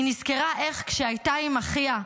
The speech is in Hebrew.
היא נזכרה שכשהייתה עם אחיה,